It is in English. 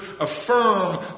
affirm